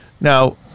Now